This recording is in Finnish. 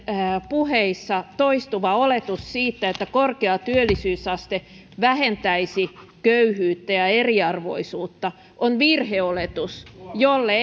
puheissa toistuva oletus siitä että korkea työllisyysaste vähentäisi köyhyyttä ja eriarvoisuutta on virheoletus jolle